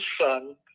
son